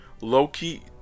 Loki